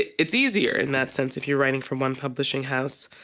it's easier in that sense if you're writing from one publishing house,